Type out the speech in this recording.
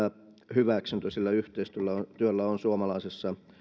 hyväksyntä sillä yhteistyöllä on suomalaisessa